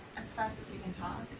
as fast as you can talk?